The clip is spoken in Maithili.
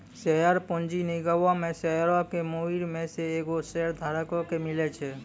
शेयर पूंजी निगमो मे शेयरो के मुद्दइ मे से एगो शेयरधारको के मिले छै